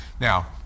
Now